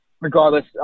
regardless